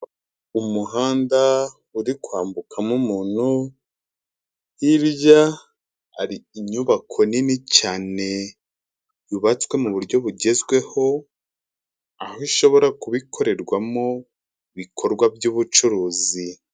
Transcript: Umuhanda uri kwambukamo umuntu, hirya hari inyubako nini cyane yubatswe mu buryo bugezweho, aho ishobora kuba ikorerwamo ibikorwa by'ubucuruzi.